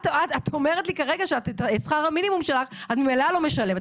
את אומרת לי כרגע שאת שכר המינימום שלך את ממילא לא משלמת,